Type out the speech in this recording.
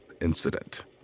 incident